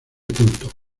culto